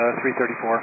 334